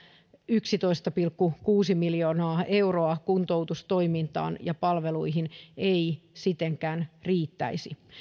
yksitoista pilkku kuusi miljoonaa euroa kuntoutustoimintaan ja palveluihin ei sittenkään riittäisi